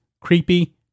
Creepy